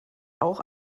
auch